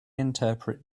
interpret